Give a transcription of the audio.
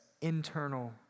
internal